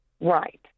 Right